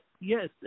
Yes